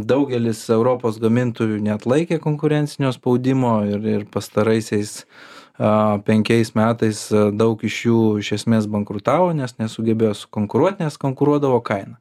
daugelis europos gamintojų neatlaikė konkurencinio spaudimo ir ir pastaraisiais a penkiais metais daug iš jų iš esmės bankrutavo nes nesugebėjo konkuruot nes konkuruodavo kaina